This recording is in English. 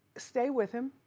stay with him,